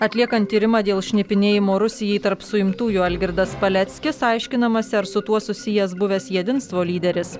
atliekant tyrimą dėl šnipinėjimo rusijai tarp suimtųjų algirdas paleckis aiškinamasi ar su tuo susijęs buvęs jedinstvo lyderis